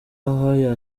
aha